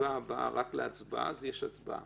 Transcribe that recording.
ישיבה באה רק להצבעה, אז יש הצבעה.